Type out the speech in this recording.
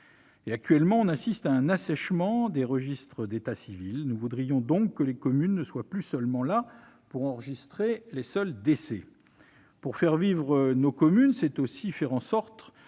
Actuellement, on assiste à un « assèchement » des registres d'état civil. Or nous voudrions que les communes ne soient pas seulement là pour enregistrer des décès. Faire vivre nos communes, c'est aussi faire en sorte